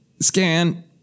scan